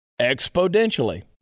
exponentially